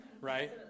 right